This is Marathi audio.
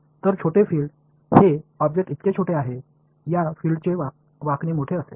तर छोटे फिल्ड हे ऑब्जेक्ट इतके छोटे आहे या फिल्डचे वाकणे मोठे असेल